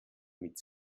mit